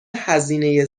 هزینه